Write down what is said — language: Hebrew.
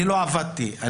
לא עבדתי.